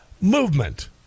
movement